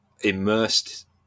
immersed